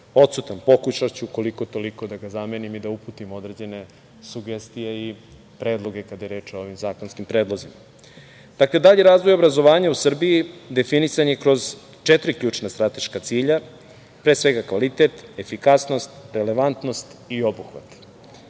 odsutan. Pokušaću, koliko-toliko da ga zamenim i da uputim određene sugestije, predloge kada je reč o ovim zakonskim predlozima. Dakle, dalji razvoj obrazovanja u Srbiji definisan je kroz četiri ključne strateška cilja, pre svega kvalitet, efikasnost, relevantnost i obuhvat.